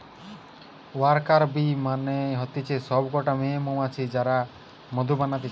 worker bee মানে হতিছে সব কটা মেয়ে মৌমাছি যারা মধু বানাতিছে